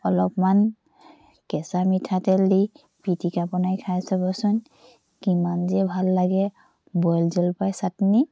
অলপমান কেঁচা মিঠাতেল দি পিটিকা বনাই খাই চাবচোন কিমান যে ভাল লাগে বইল জলফাইৰ চাটনি